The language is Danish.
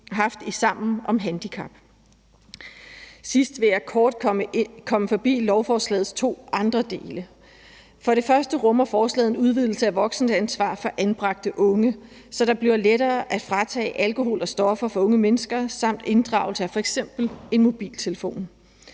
haft i Sammen om handicap. Sidst vil jeg kort komme ind på lovforslagets to andre dele. For det første rummer forslaget en udvidelse af voksenansvar for anbragte unge, så det bliver lettere at fratage alkohol og stoffer fra unge mennesker samt inddragelse af f.eks. en mobiltelefon.